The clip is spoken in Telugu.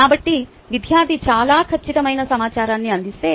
కాబట్టి విద్యార్థి చాలా ఖచ్చితమైన సమాచారాన్ని అందిస్తే